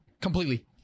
Completely